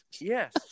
Yes